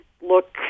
look